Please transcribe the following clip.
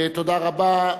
תודה רבה.